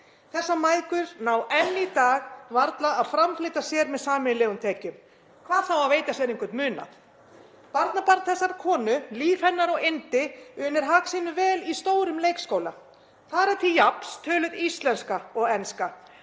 Þessar mæðgur ná enn í dag varla að framfleyta sér með sameiginlegum tekjum, hvað þá að veita sér einhvern munað. Barnabarn þessarar konu, líf hennar og yndi, unir hag sínum vel í stórum leikskóla. Þar er til jafns töluð íslenska og enska.